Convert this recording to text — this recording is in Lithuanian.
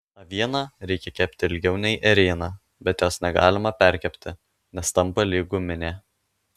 avieną reikia kepti ilgiau nei ėrieną bet jos negalima perkepti nes tampa lyg guminė